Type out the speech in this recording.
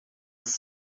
ist